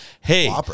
hey